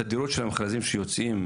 התדירות של המכרזים שיוצאים